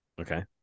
Okay